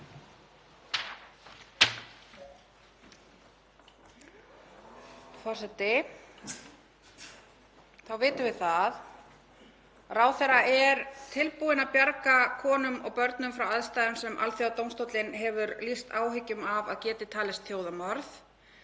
Þá vitum við það. Ráðherra er tilbúinn að bjarga konum og börnum frá aðstæðum sem Alþjóðadómstóllinn hefur lýst áhyggjum af að geti talist þjóðarmorð